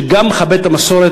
שגם מכבד את המסורת,